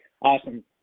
Awesome